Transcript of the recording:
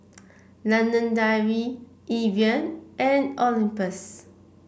London Dairy Evian and Olympus